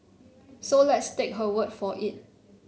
so let's take her word for it